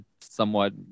somewhat